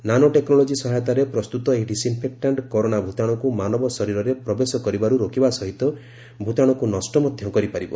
nano technology ସହାୟତାରେ ପ୍ରସ୍ତୁତ ଏହି ଡିସ୍ଇନ୍ଫେକ୍ଟାଣ୍ଟ୍ କରୋନା ଭୂତାଶୁକୁ ମାନବ ଶରୀରରେ ପ୍ରବେଶ କରିବାରୁ ରୋକିବା ସହିତ ଭୂତାଣୁକୁ ନଷ୍ଟ ମଧ୍ୟ କରିପାରିବ